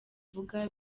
ivuga